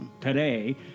today